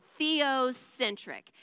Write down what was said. theocentric